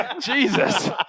Jesus